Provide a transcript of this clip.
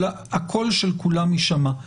הקול של כולם יישמע.